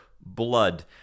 blood